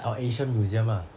orh asian museum ah